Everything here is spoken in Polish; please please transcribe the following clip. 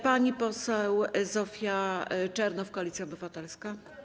Pani poseł Zofia Czernow, Koalicja Obywatelska.